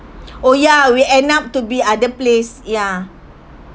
oh ya we end up to be other place ya